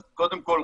אז קודם כול,